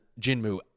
Jinmu